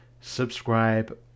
subscribe